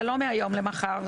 זה לא מהיום למחר,